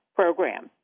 program